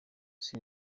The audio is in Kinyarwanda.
isi